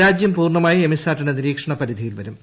രാജ്യം പൂർണ്ണമായി എമിസാറ്റിന്റെ നിരീക്ഷണ പരിധിയിൽ വരും